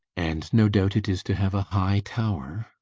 and no doubt it is to have a high tower!